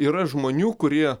yra žmonių kurie